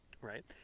Right